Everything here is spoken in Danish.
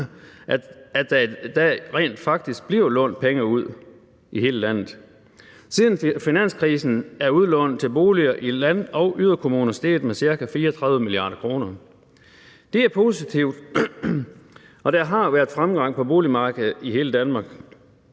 at der rent faktisk bliver lånt penge ud i hele landet. Siden finanskrisen af udlånet til boliger i land- og yderkommuner steget med ca. 34 mia. kr. Det er positivt, og der har været fremgang på boligmarkedet i hele Danmark.